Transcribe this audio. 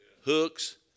hooks